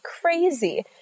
crazy